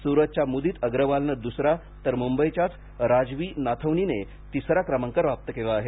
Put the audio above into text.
सुरतच्या मुदीत अग्रवालनं दुसरा तर मुंबईच्याच राजवी नाथवनीने तिसरा क्रमांक प्राप्त केला आहे